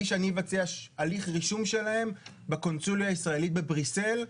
שאני אבצע הליך רישום שלהם בקונסוליה הישראלית בבריסל,